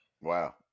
Wow